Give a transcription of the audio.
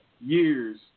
years